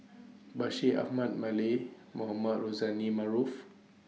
Bashir Ahmad Mallal Mohamed Rozani Maarof